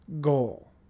goal